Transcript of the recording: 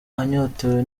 anyotewe